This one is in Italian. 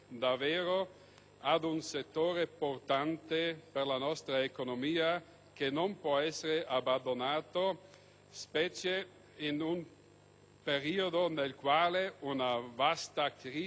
ad un settore portante per la nostra economia, che non può essere abbandonato, specie in un periodo nel quale una vasta crisi economica